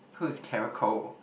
who's Karen Koh